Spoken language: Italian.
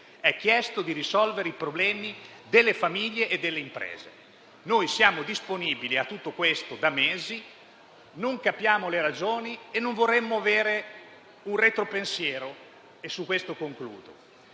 è chiesto di risolvere i problemi delle famiglie e delle imprese. Noi siamo disponibili a tutto questo da mesi, non capiamo le ragioni della resistenza e non vorremmo avere un retropensiero, su cui concludo: